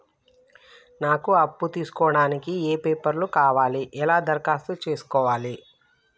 నాకు అప్పు తీసుకోవడానికి ఏ పేపర్లు కావాలి ఎలా దరఖాస్తు చేసుకోవాలి?